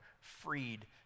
freed